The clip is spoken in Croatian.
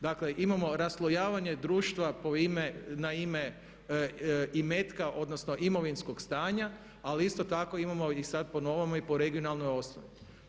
Dakle imamo raslojavanje društva na ime imetka, odnosno imovinskog stanja ali isto tako imamo i sada po novome i po regionalnoj osnovi.